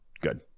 Good